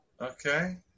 Okay